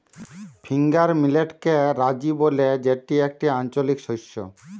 finger মিলেটকে রাজি ব্যলে যেটি একটি আঞ্চলিক শস্য